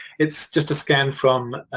it is just a scan from